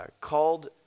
called